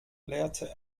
lehrte